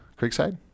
Creekside